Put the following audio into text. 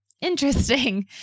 interesting